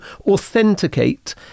authenticate